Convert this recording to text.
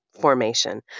formation